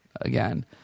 again